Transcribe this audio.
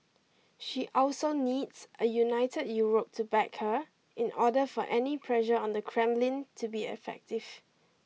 she also needs a united Europe to back her in order for any pressure on the Kremlin to be effective